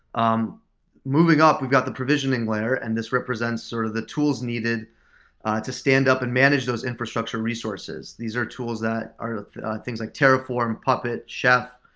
um moving up, we've got the provisioning layer and this represents sort of the tools needed to stand up and manage those infrastructure resources. these are tools that are things like terraform, puppet, chef,